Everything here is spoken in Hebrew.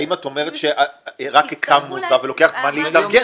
האם את אומרת שרק הקמנו אותה ולוקח זמן להתארגן.